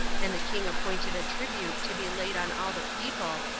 and the king appointed a tribute to be laid on all the people,